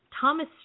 Thomas